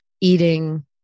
eating